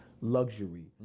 luxury